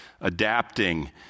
adapting